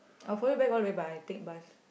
I will follow you back all the way but I take bus